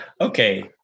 okay